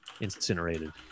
incinerated